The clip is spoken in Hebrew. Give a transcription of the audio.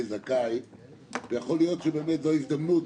זכאי ויכול להיות שבאמת זו ההזדמנות,